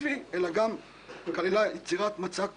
בעצם הייצוג של הציבור נפגע.